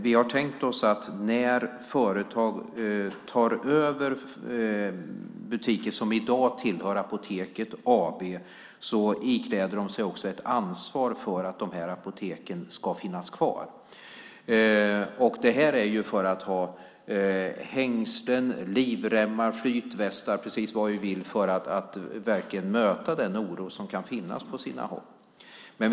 Vi har tänkt oss att när företag tar över butiker som i dag tillhör Apoteket AB ikläder de sig också ett ansvar för att de apoteken ska finnas kvar. Det är för att ha hängslen, livremmar, flytvästar och precis vad vi vill för att verkligen möta den oro som kan finnas på sina håll.